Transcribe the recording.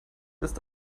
ist